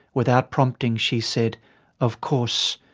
without prompting she said of course,